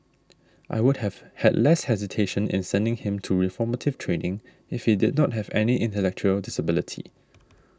I would have had less hesitation in sending him to reformative training if he did not have any intellectual disability